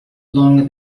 longer